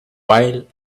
while